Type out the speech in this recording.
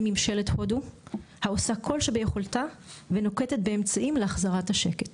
ממשלת הודו העושה ככל שביכולתה ונוקטת באמצעים להחזרת השקט.